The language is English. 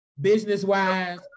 business-wise